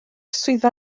swyddfa